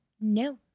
no